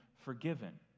forgiven